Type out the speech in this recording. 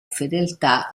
fedeltà